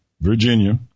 Virginia